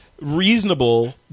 reasonable